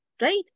Right